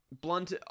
Blunt